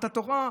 את התורה.